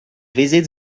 visit